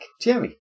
Jerry